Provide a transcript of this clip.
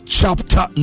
chapter